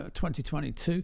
2022